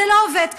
זה לא עובד ככה.